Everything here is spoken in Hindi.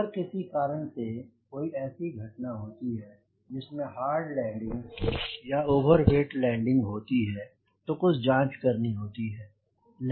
अगर किसी कारण से कोई ऐसी घटना होती है जिसमे हार्ड लैंडिंग या ओवरवेट लैंडिंग होती है तो कुछ जांच करनी होती है